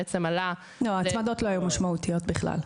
בעצם עלה --- ההצמדות לא היו משמעותיות בכלל.